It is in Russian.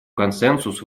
консенсус